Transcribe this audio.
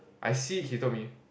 I see he told me